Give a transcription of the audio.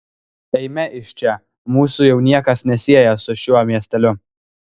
eime iš čia mūsų jau niekas nesieja su šiuo miesteliu